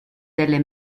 delle